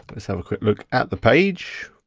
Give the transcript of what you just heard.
let's have a quick look at the page.